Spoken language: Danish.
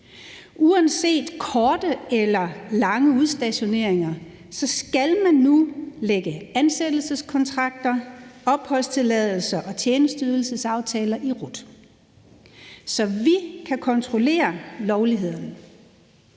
Uanset hvor korte eller lange udstationeringer er, skal man nu lægge ansættelseskontrakter, opholdstilladelser og tjenesteydelsesaftaler i RUT, så vi kan kontrollere lovligheden.